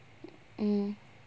mm